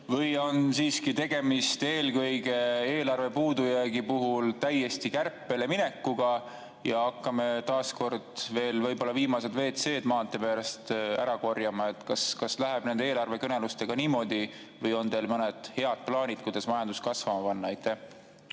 või on siiski tegemist eelkõige eelarve puudujäägi puhul täiesti kärpele minekuga ja hakkame taaskord veel viimaseid WC-sid maanteede äärest ära korjama? Kas läheb nende eelarvekõnelustega niimoodi või on teil mõned head plaanid, kuidas majandus kasvama panna? Aitäh,